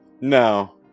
No